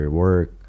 work